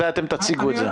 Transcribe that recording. מתי אתם תציגו את זה?